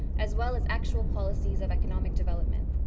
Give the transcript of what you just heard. as well as actual policies of economic development.